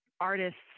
artists